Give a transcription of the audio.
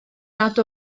nad